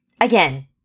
Again